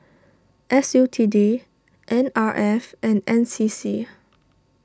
S U T D N R F and N C C